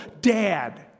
dad